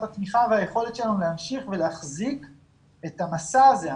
התמיכה והיכולת שלנו להמשיך ולהחזיק את המשא הזה.